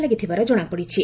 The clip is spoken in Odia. ଲାଗିଥିବାର ଜଣାପଡ଼ିଛି